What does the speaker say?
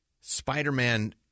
Spider-Man